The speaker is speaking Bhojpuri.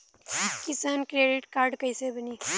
किसान क्रेडिट कार्ड कइसे बानी?